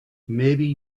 maybe